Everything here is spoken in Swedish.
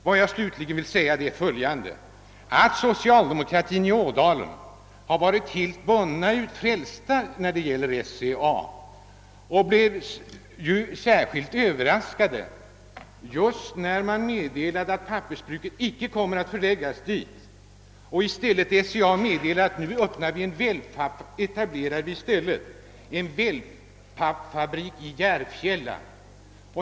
Vad jag slutligen vill säga är följande: Socialdemokraterna i Ådalen har varit helt frälsta när det gäller SCA och blev särskilt överraskade när SCA meddelade att pappersbruket icke skulle komma att förläggas dit men att i stället en well pappfabrik skulle etableras i Järfälla.